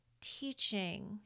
teaching